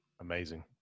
Amazing